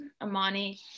Amani